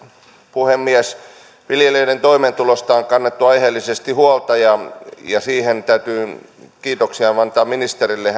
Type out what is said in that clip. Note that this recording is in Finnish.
puhemies viljelijöiden toimeentulosta on kannettu aiheellisesti huolta ja ja siitä täytyy kiitoksia antaa ministerille